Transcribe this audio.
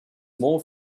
more